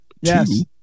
Yes